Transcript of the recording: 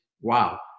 wow